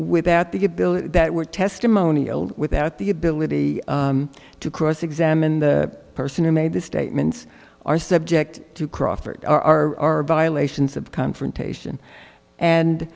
without the ability that were testimonial without the ability to cross examine the person who made the statements are subject to crawford are violations of confrontation and